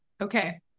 okay